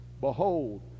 Behold